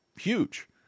huge